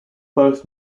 both